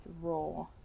raw